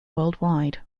worldwide